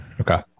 Okay